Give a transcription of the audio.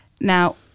Now